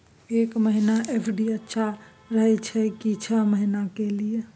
एक महीना एफ.डी अच्छा रहय हय की छः महीना के लिए?